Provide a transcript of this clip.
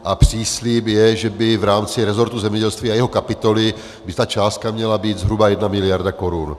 A příslib je, že by v rámci rezortu zemědělství a jeho kapitoly ta částka měla být zhruba jedna miliarda korun.